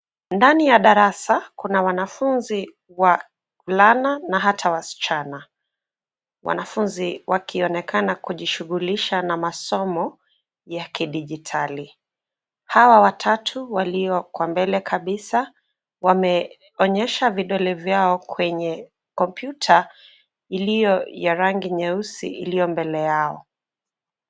Ndani ya darasa, kuna wanafunzi wavulana na ata wasichana. Wanafunzi wakionekana kujishugulisha na masomo ya kidijitali. Hawa watatu waliyo kwa mbele kabisa wameonyesha vidole vyao kwenye kompyuta iliyo ya rangi nyeusi iliyo mbele yao.